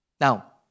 Now